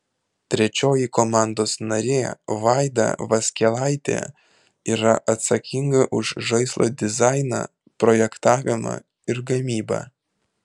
trečioji komandos narė vaida vaskelaitė yra atsakinga už žaislo dizainą projektavimą ir gamybą